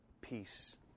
Peace